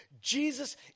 Jesus